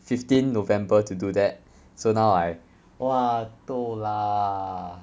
fifteen november to do that so now I !wah! toh lah